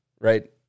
right